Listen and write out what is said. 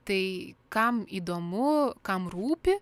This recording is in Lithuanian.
tai kam įdomu kam rūpi